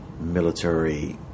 military